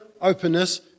openness